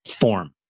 form